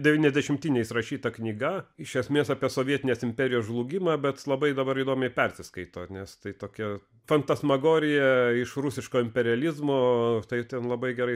devyniasdešimtiniais rašyta knyga iš esmės apie sovietinės imperijos žlugimą bet labai dabar įdomiai persiskaito nes tai tokia fantasmagorija iš rusiško imperializmo tai ten labai gerai